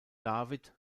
david